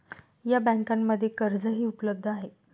या बँकांमध्ये कर्जही उपलब्ध आहे